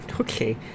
okay